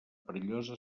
perillosa